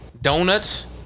Donuts